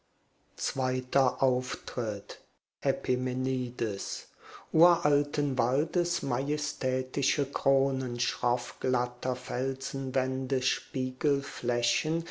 zweiter auftritt epimenides uralten waldes majestätische kronen schroffglatter felsenwände